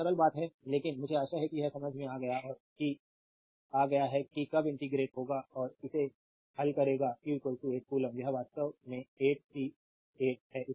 यह सरल बात है लेकिन मुझे आशा है कि यह समझ में आ गया है कि कब इंटेग्रटे होगा और इसे हल करेगा q 8 कूलम्ब यह वास्तव में 8 सी 8 है